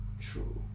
true